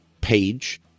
page